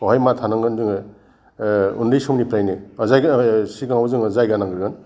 बेवहाय मा थानांगोन जोङो उन्दै समनिफ्रायनो बा जाय सिगाङाव जोङो जायगा नांग्रोगोन